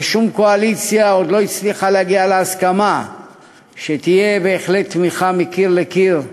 ושום קואליציה עוד לא הצליחה להגיע להסכמה שתהיה בהחלט תמיכה מקיר לקיר,